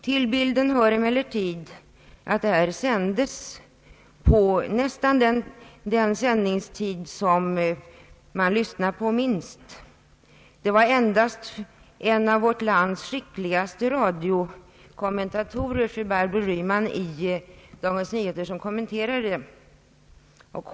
Till bilden hör emellertid att den intervju det här gäller sändes under den sändningstid som folk lyssnar på minst. Det var endast en av vårt lands skickligaste radiokommentatorer, fru Gudrun Ryman i Dagens Nyheter, som kom menterade intervjun.